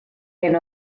hyn